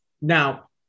Now